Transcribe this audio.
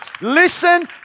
Listen